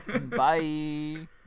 Bye